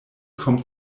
kommt